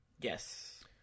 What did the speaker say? Yes